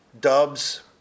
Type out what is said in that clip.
Dubs